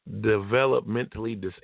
developmentally